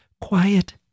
quiet